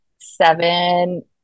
seven